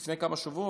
לפני כמה שבועות.